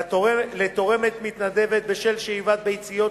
לתורמת מתנדבת בשל שאיבת ביציות,